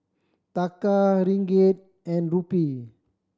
Taka Ringgit and Rupee